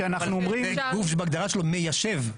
אבל גוף שבהגדרה שלו מיישב,